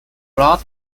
blood